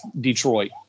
Detroit